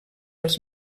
els